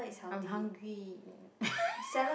I'm hungry